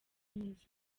neza